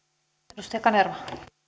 arvoisa